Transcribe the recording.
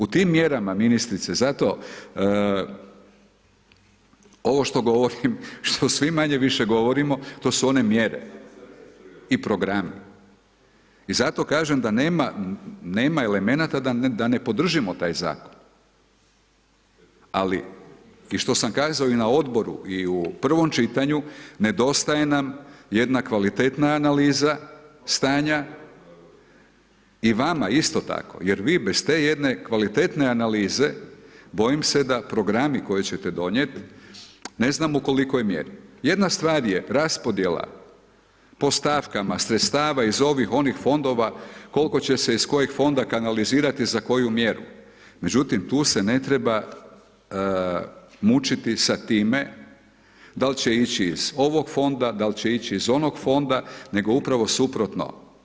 U tim mjerama ministrice, zato ovo što govorim, što svi manje-više govorimo, to su one mjere i programi i zato kažem da nema elemenat da ne podržimo taj zakon ali i što sam kazao i na odboru i u prvom čitanju, nedostaje nam jedna kvalitetna analiza stanja i vama isto tako jer vi bez te jedne kvalitetne analize, bojim se da programi koje ćete donijet, ne znam u kolikoj mjeri, jedna stvar je raspodjela po stavkama sredstava iz ovih, onih fondova koliko će se iz kojeg fonda kanalizirati za koju mjeru, međutim tu se ne treba mučiti sa time dal' će ići iz fonda, dal' će ići iz onog fonda nego upravo suprotno.